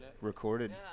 recorded